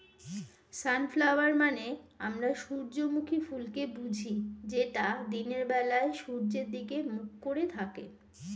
sunflower মানে আমরা সূর্যমুখী ফুলকে বুঝি যেটা দিনের বেলায় সূর্যের দিকে মুখ করে থাকে